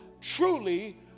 truly